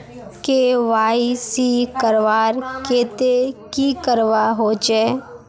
KYC करवार केते की करवा होचए?